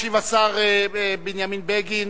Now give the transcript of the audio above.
ישיב השר בנימין בגין,